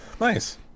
nice